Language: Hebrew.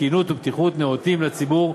תקינות ובטיחות נאותות לציבור,